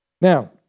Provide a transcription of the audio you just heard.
Now